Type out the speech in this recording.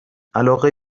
علاقه